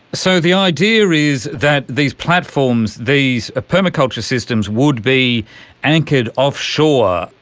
so the idea is that these platforms, these permaculture systems would be anchored offshore,